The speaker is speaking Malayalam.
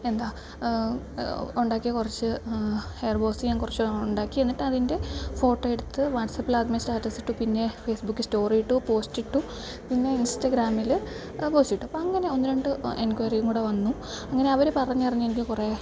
എന്താ ഉണ്ടാക്കിയ കുറച്ച് ഹെയർ ബോസ് ഞാൻ കുറച്ച് ഉണ്ടാക്കി എന്നിട്ട് അതിൻ്റെ ഫോട്ടോ എടുത്ത് വാട്സാപ്പിൽ ആദ്യമെ സ്റ്റാറ്റസിട്ടു പിന്നെ ഫേസ്ബുക്കിൽ സ്റ്റോറി ഇട്ടു പോസ്റ്റിട്ടു പിന്നെ ഇൻസ്റ്റാഗ്രാമിൽ പോസ്റ്റിട്ടു അപ്പം അങ്ങനെ ഒന്ന് രണ്ട് എൻക്വയറിയും കൂടി വന്നു അങ്ങനെ അവർ പറഞ്ഞറിഞ്ഞ് എനിക്ക് കുറേ